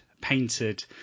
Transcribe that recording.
painted